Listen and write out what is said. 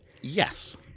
yes